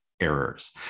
errors